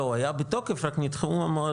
לא, הוא היה תוקף רק נדחו המועדים.